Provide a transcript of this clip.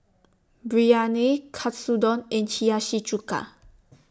Biryani Katsudon and Hiyashi Chuka